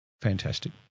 fantastic